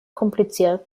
kompliziert